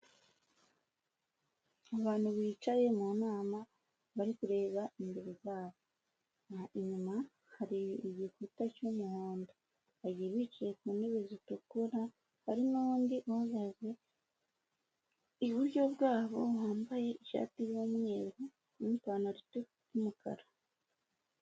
Abantu bicaye mu nama bari kureba imbere yabo, inyuma hari igikuta cy'umuhondo, bagiye bicaye ku ntebe zitukura, hari n'undi uhagaze iburyo bwabo wambaye ishati y'umweru n'ipantaro y'umukara.